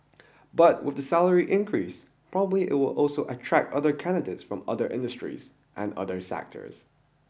but with the salary increase probably it will also attract other candidates from other industries and other sectors